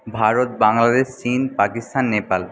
ভারত বাংলাদেশ চীন পাকিস্তান নেপাল